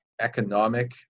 economic